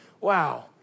Wow